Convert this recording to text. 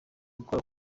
gukora